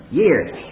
years